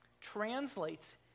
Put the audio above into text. translates